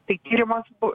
tai tyrimas bu